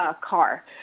car